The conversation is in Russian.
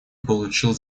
получил